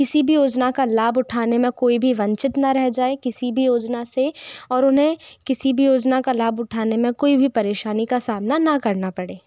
किसी भी योजना का लाभ उठाने मे कोई भी वंचित न रह जाए किसी भी योजना से और उन्हें किसी भी योजना का लाभ उठाने मे कोई भी परेशानी का सामना ना करना पड़े